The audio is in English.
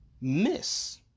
miss